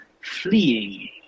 fleeing